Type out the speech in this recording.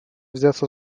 взяться